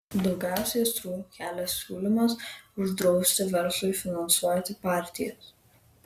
daugiausiai aistrų kelia siūlymas uždrausti verslui finansuoti partijas